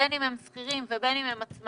בין אם הם שכירים ובין אם הם עצמאים,